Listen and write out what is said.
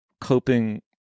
coping